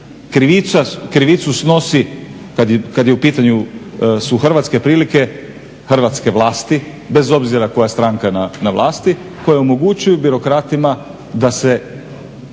krivicu snosi kad je u pitanju hrvatske prilike hrvatske vlasti bez obzira koja stranka na vlasti koje omogućuju birokratima da se